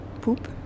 poop